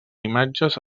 imatges